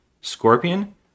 Scorpion